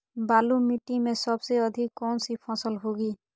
बालू मिट्टी में सबसे अधिक कौन सी फसल होगी?